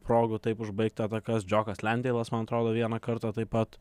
progų taip užbaigti atakas džiokas lendeilas man atrodo vieną kartą taip pat